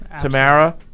Tamara